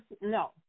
no